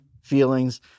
feelings